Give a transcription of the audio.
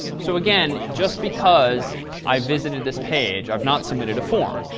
so again, just because i've visited this page, i've not submitted a form.